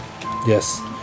Yes